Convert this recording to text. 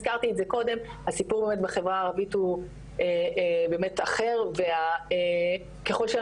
הזכרתי את זה קודם הסיפור בחברה הערבית הוא באמת אחר וכלל שיהיו